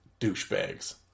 douchebags